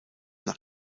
nach